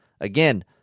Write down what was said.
Again